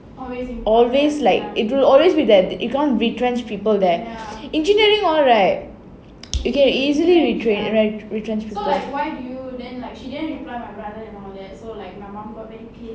always like it will always be there you can't retrench people there engineering all right you can easily retrench retrench people